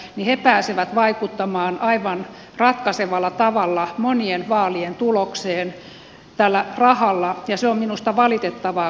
he pääsevät vaikuttamaan aivan ratkaisevalla tavalla monien vaalien tulokseen tällä rahalla ja se on minusta valitettavaa